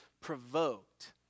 provoked